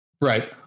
right